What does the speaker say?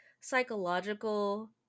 psychological